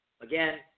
Again